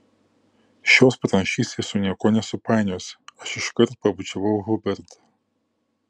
šios pranašystės su niekuo nesupainiosi aš iškart pabučiavau hubertą